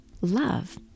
love